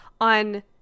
on